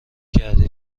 کردی